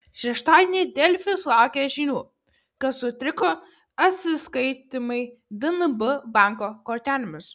šeštadienį delfi sulaukė žinių kad sutriko atsiskaitymai dnb banko kortelėmis